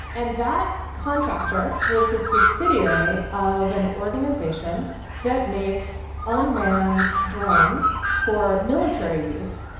and that contractor was a subsidiary of an organization that makes unmanned drones for military use